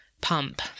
Pump